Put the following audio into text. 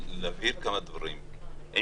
עשיתם סגר, אי אפשר שזה יהיה ביום אחד.